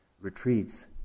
retreats